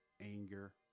anger